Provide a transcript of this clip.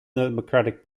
democratic